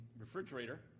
refrigerator